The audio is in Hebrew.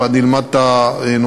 אני אלמד את הנושא,